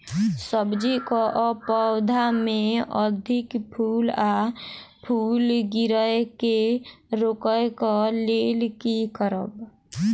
सब्जी कऽ पौधा मे अधिक फूल आ फूल गिरय केँ रोकय कऽ लेल की करब?